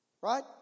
Right